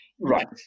right